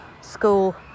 school